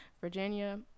Virginia